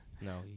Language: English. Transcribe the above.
No